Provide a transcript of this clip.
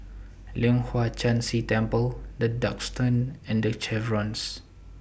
Leong Hwa Chan Si Temple The Duxton and The Chevrons